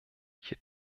hier